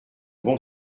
bon